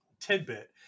tidbit